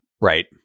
Right